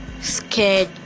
scared